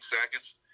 seconds